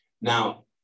Now